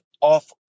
off